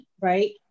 right